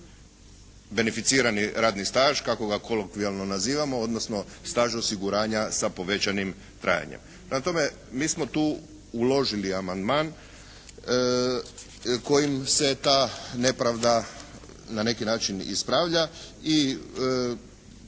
beneficirani radni staž kako ga kolokvijalno nazivamo odnosno staž osiguranja sa povećanim trajanjem. Prema tome, mi smo tu uložili amandman kojim se ta nepravda na neki način ispravlja i